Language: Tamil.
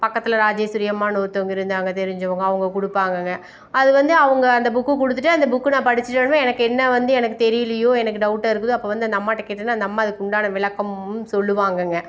பக்கத்தில் ராஜேஸ்வரி அம்மான்னு ஒருத்தவங்க இருந்தாங்க தெரிஞ்சவங்க அவங்க கொடுப்பாங்கங்க அது வந்து அவங்க அந்த புக்கு கொடுத்துட்டு அந்த புக்கை நான் படிச்சுட்டேனா எனக்கு என்ன வந்து எனக்கு தெரியலியோ எனக்கு டவுட்டாக இருக்குதோ அப்போ வந்து அந்த அம்மாகிட்ட கேட்டேனா அந்த அம்மா அதுக்குண்டான விளக்கமும் சொல்வாங்கங்க